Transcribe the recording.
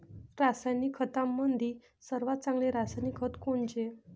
रासायनिक खतामंदी सर्वात चांगले रासायनिक खत कोनचे?